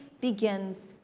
begins